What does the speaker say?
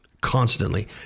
Constantly